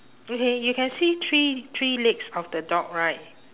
okay you can see three three legs of the dog right